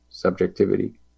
subjectivity